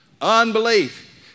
Unbelief